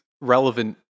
relevant